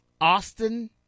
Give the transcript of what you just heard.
Austin